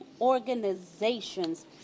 organizations